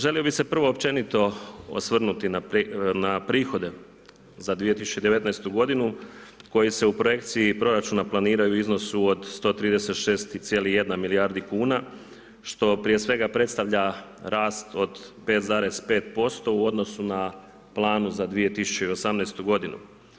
Želio bi se prvo općenito osvrnuti na prihode za 2019. godinu koji se u projekciji proračuna planiraju u iznosu od 136 cijeli jedna milijarda kuna što prije svega predstavlja rast od 5,5 % u odnosu na planu za 2018. godinu.